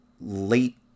late